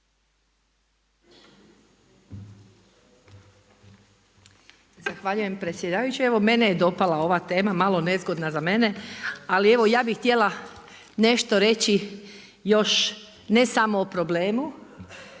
Zahvaljujem predsjedavajući. Evo mene je dopala ova tema, malo nezgodna za mene, ali evo ja bi htjela nešto reći još ne samo o problemu